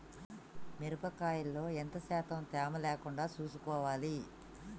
మిరప కాయల్లో ఎంత శాతం తేమ లేకుండా చూసుకోవాలి?